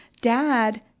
dad